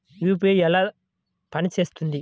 UPI ఎలా పనిచేస్తుంది?